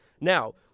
Now